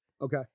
Okay